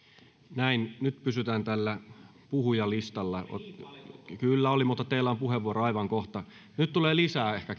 nyt pysytään tällä puhujalistalla kyllä oli mutta teillä on puheenvuoro aivan kohta nyt tulee lisää